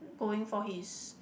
going for his